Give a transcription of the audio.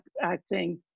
acting